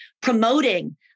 promoting